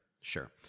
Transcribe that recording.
Sure